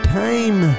time